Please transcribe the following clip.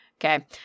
okay